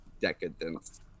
decadence